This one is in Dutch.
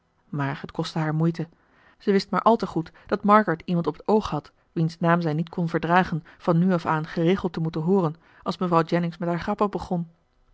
maar het kostte haar moeite zij wist maar al te goed dat margaret iemand op het oog had wiens naam zij niet kon verdragen van nu af aan geregeld te moeten hooren als mevrouw jennings met haar grappen begon